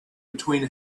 between